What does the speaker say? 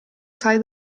sai